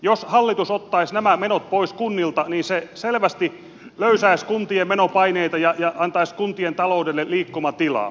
jos hallitus ottaisi nämä menot pois kunnilta niin se selvästi löysäisi kuntien menopaineita ja antaisi kuntien taloudelle liikkumatilaa